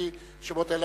לפי השמות האלה.